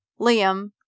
Liam